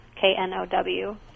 K-N-O-W